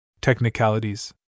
Technicalities